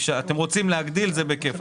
אתם רוצים להגדיל זה בכיף,